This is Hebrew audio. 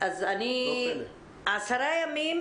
עשרה ימים